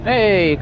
Hey